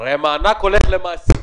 הרי המענק הולך למעסיק.